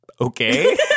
Okay